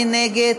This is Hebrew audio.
מי נגד?